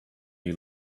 you